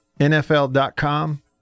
NFL.com